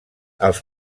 els